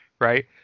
Right